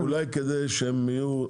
אולי כדי שהם יהיו,